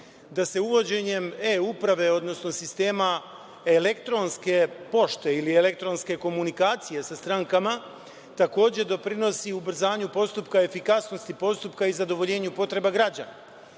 da se uvođenjem e-uprave, odnosno sistema elektronske pošte ili elektronske komunikacije sa strankama, takođe, doprinosi ubrzanju postupka, efikasnosti postupka i zadovoljenju potreba građana. Ono